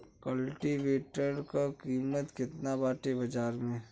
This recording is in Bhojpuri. कल्टी वेटर क कीमत केतना बाटे बाजार में?